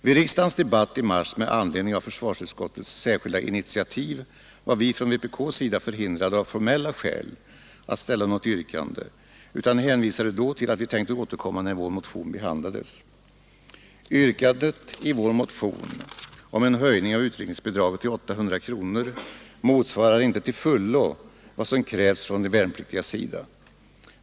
Vid riksdagens debatt i mars med anledning av försvarsutskottets särskilda initiativ var vi från vpk:s sida av formella skäl förhindrade att ställa något yrkande och hänvisade då till att vi tänkte återkomma när vår motion behandlades. Yrkandet i motionen om en höjning av utryckningsbidraget till 800 kronor motsvarar inte till fullo vad som krävts från de värnpliktigas sida.